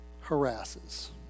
harasses